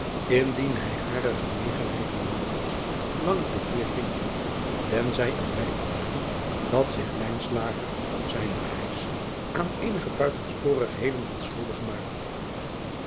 indien hij hare genegenheid voor langer te keer ging tenzij er blijken waren dat zich op zijne reis aan eenige buitensporigheden had schuldig gemaakt